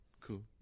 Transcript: Cool